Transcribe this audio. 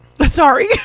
Sorry